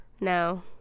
No